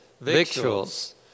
victuals